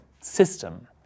system